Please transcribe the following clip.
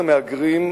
מספר המהגרים,